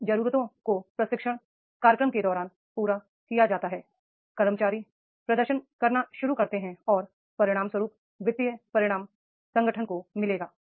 उन जरूरतों को प्रशिक्षण कार्यक्रम के दौरान पूरा किया जाता है कर्मचारी प्रदर्शन करना शुरू करते हैं और परिणामस्वरूप वित्तीय परिणाम संगठन को मिलेगा